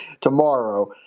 tomorrow